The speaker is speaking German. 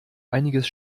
einiges